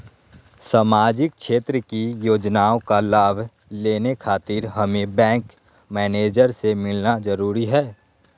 सामाजिक क्षेत्र की योजनाओं का लाभ लेने खातिर हमें बैंक मैनेजर से मिलना जरूरी है?